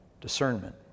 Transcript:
discernment